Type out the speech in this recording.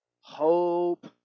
hope